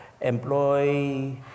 employ